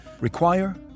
require